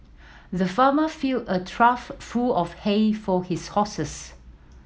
the farmer filled a trough full of hay for his horses